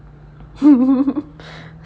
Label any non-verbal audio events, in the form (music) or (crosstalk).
(laughs)